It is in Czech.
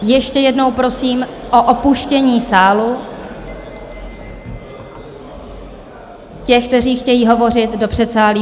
Ještě jednou prosím o opuštění sálu těch, kteří chtějí hovořit, do předsálí.